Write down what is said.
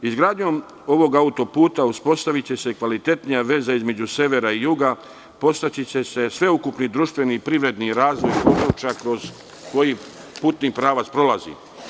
Izgradnjom ovog autoputa uspostaviće se kvalitetnija veza između severa i juga, podstaći će se sveukupni društveni i privredni razvoj područja kroz koji putni pravac prolazi.